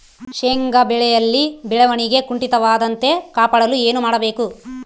ಶೇಂಗಾ ಬೆಳೆಯಲ್ಲಿ ಬೆಳವಣಿಗೆ ಕುಂಠಿತವಾಗದಂತೆ ಕಾಪಾಡಲು ಏನು ಮಾಡಬೇಕು?